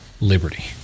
liberty